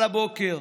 על הבוקר.